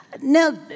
Now